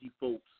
folks